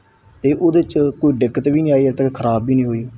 ਅਤੇ ਉਹਦੇ 'ਚ ਕੋਈ ਦਿੱਕਤ ਵੀ ਨਹੀਂ ਆਈ ਅੱਜ ਤੱਕ ਖਰਾਬ ਵੀ ਨਹੀਂ ਹੋਈ